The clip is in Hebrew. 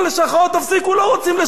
תפסיקו, לא רוצים לשכות.